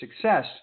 success